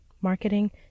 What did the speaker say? marketing